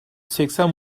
seksen